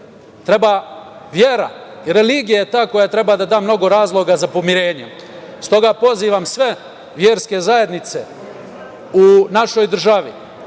treba vera i religija je ta koja treba da da mnogo razloga za pomirenje. Stoga pozivam sve verske zajednice u našoj državi,